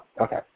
Okay